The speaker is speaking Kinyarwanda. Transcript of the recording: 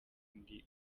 ndi